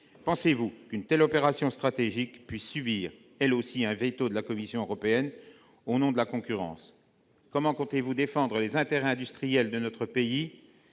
envisage-t-il qu'une telle opération stratégique puisse, elle aussi, subir un veto de la Commission européenne, au nom de la concurrence ? Comment compte-t-il défendre les intérêts industriels de notre pays